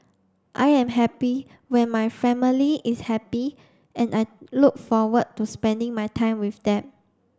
I am happy when my family is happy and I look forward to spending my time with them